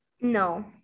No